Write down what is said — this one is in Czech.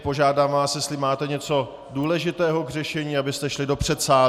Požádám vás, jestli máte něco důležitého k řešení, abyste šli do předsálí.